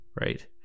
right